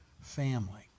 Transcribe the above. family